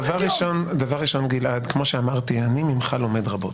דבר ראשון, גלעד, כמו שאמרתי, אני ממך לומד רבות.